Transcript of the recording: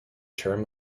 term